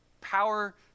Power